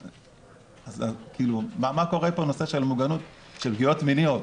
אז מה קורה פה בנושא של מוגנות מפגיעות מיניות?